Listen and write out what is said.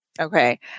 Okay